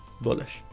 Bullish